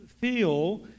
feel